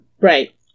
right